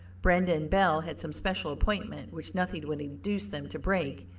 brenda and belle had some special appointment which nothing would induce them to break,